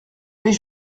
mais